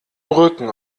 rücken